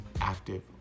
active